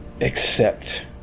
accept